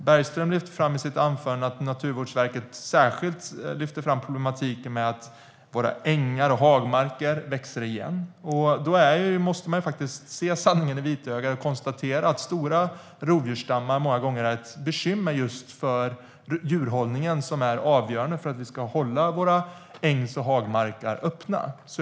Bergström lyfter fram i sitt anförande att Naturvårdsverket särskilt för fram problematiken med att våra ängar och hagmarker växer igen. Då måste man se sanningen i vitögat och konstatera att stora rovdjursstammar många gånger är ett bekymmer just för djurhållningen som är avgörande för att vi ska hålla våra ängs och hagmarker öppna.